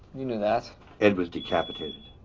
you knew that ed was decapitated.